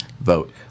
vote